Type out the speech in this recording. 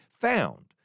found